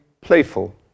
playful